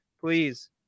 please